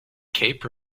cape